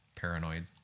paranoid